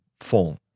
phone